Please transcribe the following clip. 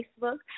Facebook